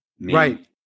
Right